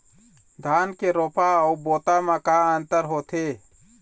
धन के रोपा अऊ बोता म का अंतर होथे?